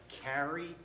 carry